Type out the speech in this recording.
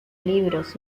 libros